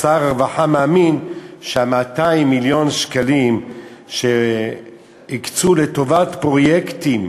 אז שר הרווחה מאמין ש-200 מיליון השקלים שהקצו לטובת פרויקטים,